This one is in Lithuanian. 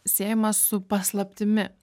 siejamas su paslaptimi